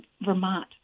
Vermont